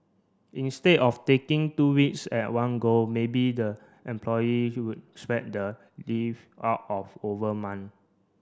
instead of taking two weeks at one go maybe the employee spread the leave out of over month